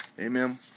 Amen